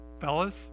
Fellas